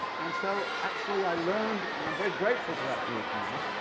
and so, actually, i learned, and i'm very grateful to that group now,